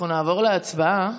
אנחנו נעבור להצבעה.